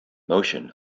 motion